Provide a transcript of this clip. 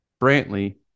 Brantley